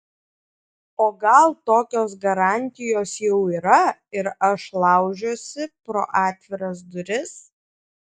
o gal tokios garantijos jau yra ir aš laužiuosi pro atviras duris